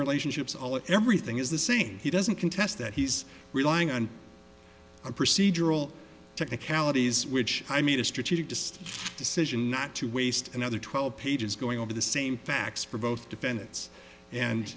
relationships all everything is the same he doesn't contest that he's relying on procedural technicalities which i made a strategic just decision not to waste another twelve pages going over the same facts for both defendants and